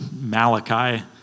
Malachi